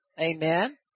amen